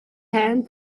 hand